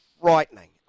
frightening